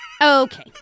Okay